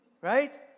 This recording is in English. right